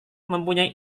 mempunyai